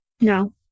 No